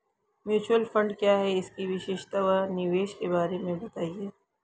Mutual fund क्या है इसकी विशेषता व निवेश के बारे में बताइये?